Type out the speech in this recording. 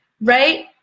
right